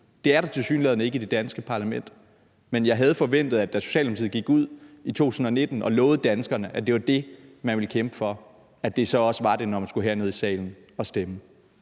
Det er der tilsyneladende ikke i det danske parlament. Men jeg havde forventet, da Socialdemokratiet gik ud i 2019 og lovede danskerne, at det var det, man ville kæmpe for, at det så også var det, når man skulle herned i salen og stemme.